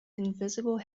invisible